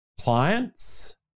clients